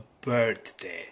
birthday